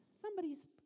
Somebody's